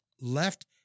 left